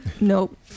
nope